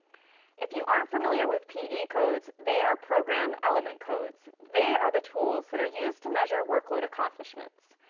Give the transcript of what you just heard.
if you aren't familiar with pe codes, they are program element codes. they are the tools that are used to measure workload accomplishments.